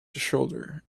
shoulder